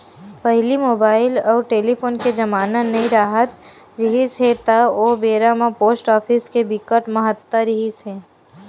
पहिली मुबाइल अउ टेलीफोन के जमाना नइ राहत रिहिस हे ता ओ बेरा म पोस्ट ऑफिस के बिकट महत्ता रिहिस हे